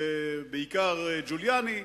ובעיקר ג'וליאני.